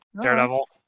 Daredevil